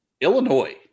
Illinois